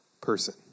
person